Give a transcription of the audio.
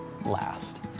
last